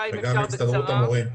וגם הסתדרות המורים.